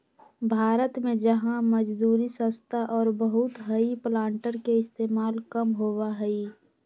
भारत में जहाँ मजदूरी सस्ता और बहुत हई प्लांटर के इस्तेमाल कम होबा हई